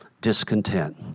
discontent